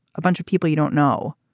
a bunch of people you don't know.